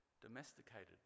domesticated